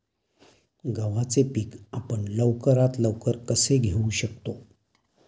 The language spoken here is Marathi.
गव्हाचे पीक आपण लवकरात लवकर कसे घेऊ शकतो?